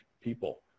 people